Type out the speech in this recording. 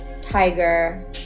tiger